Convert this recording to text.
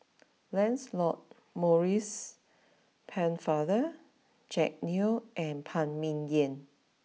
Lancelot Maurice Pennefather Jack Neo and Phan Ming Yen